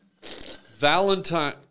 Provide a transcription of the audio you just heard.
Valentine